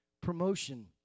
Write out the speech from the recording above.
promotion